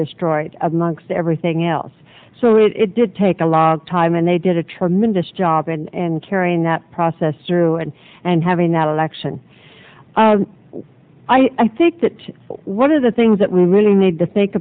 destroyed amongst everything else so it did take a log time and they did a tremendous job and carrying that process through and and having that election i think that one of the things that we really need to think